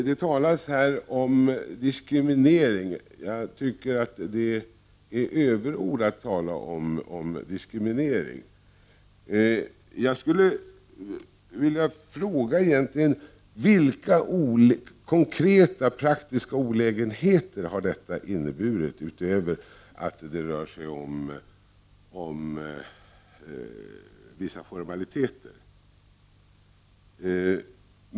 Det talades om diskriminering nyss. Jag tycker att det är överord att tala om diskriminering. Jag skulle egentligen vilja fråga: Vilka konkreta, praktiska olägenheter har detta inneburit utöver att det rör sig om vissa formaliteter?